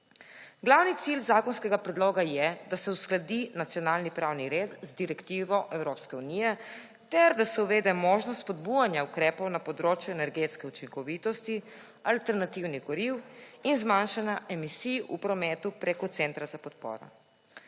Glavni cilj zakonskega predloga je, da se uskladi nacionalni pravni red z direktivo Evropske unije ter da se uvede možnost spodbujanja ukrepov na področju energetske učinkovitosti, alternativnih goriv in zmanjšanja emisij v prometu preko centra za podporo.